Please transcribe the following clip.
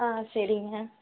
ஆ சரிங்க